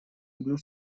одну